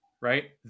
right